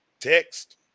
text